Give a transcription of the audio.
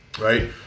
Right